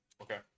Okay